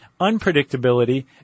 unpredictability